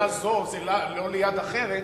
מפלגה זו זה לא ליד אחרת,